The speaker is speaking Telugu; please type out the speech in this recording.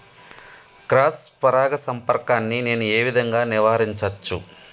క్రాస్ పరాగ సంపర్కాన్ని నేను ఏ విధంగా నివారించచ్చు?